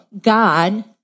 God